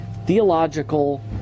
theological